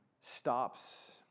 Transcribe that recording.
stops